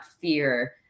fear